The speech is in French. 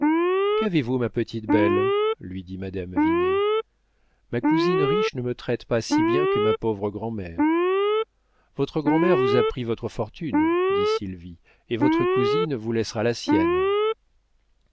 qu'avez-vous ma petite belle lui dit madame vinet ma cousine riche ne me traite pas si bien que ma pauvre grand'mère votre grand'mère vous a pris votre fortune dit sylvie et votre cousine vous laissera la sienne